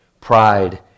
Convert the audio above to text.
pride